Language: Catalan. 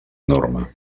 enorme